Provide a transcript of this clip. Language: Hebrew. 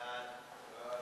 ההצעה